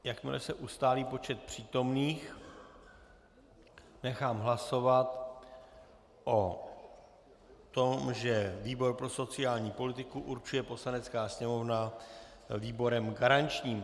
Jakmile se ustálí počet přítomných, nechám hlasovat o tom, že výbor pro sociální politiku určuje Poslanecká sněmovna výborem garančním.